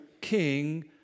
king